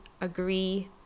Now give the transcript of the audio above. agree